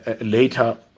later